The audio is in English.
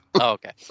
Okay